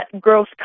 growth